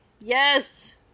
Yes